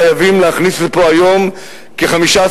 חייבים להכניס לפה היום 15,000,20,000